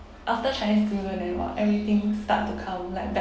after chinese new year then !wah! everything start to come like bad